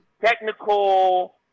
technical